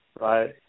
right